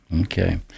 okay